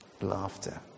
Laughter